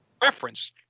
reference